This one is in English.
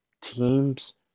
teams